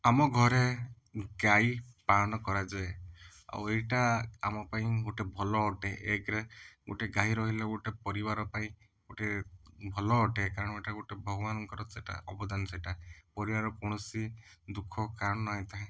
ଆମ ଘରେ ଗାଈପାଳନ କରାଯାଏ ଆଉ ଏଇଟା ଆମ ପାଇଁ ଗୋଟେ ଭଲ ଅଟେ ଏକରେ ଗୋଟେ ଗାଈ ରହିଲେ ଗୋଟେ ପରିବାର ପାଇଁ ଗୋଟେ ଭଲ ଅଟେ କାରଣ ଏଇଟା ଭଗବାନଙ୍କର ସେଇଟା ଅବଦାନ ସେଇଟା ପରିବାର କୌଣସି ଦୁଃଖ କାରଣ ହୋଇଥାଏ